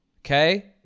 okay